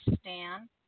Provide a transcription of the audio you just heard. Stan